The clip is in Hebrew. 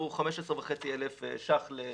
הוא 15.500 שקלים.